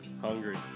hungry